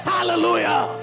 Hallelujah